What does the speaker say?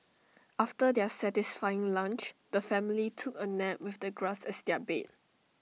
after their satisfying lunch the family took A nap with the grass as their bed